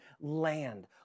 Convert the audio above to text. land